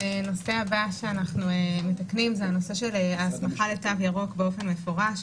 נושא הבא שמתקנים זה ההסמכה לתו ירוק באופן מפורש.